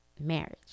marriage